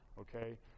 okay